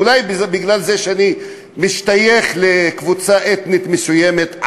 אולי כי אני משתייך לקבוצה אתנית מסוימת,